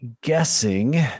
guessing